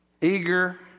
eager